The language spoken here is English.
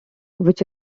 which